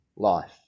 life